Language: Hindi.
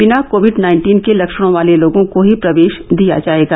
बिना कोविड नाइन्टीन के लक्षणों वाले लोगों को ही प्रवेश दिया जाएगा